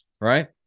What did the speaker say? right